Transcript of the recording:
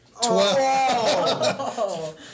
Twelve